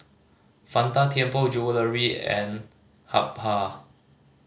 Fanta Tianpo Jewellery and Habhal